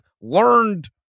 learned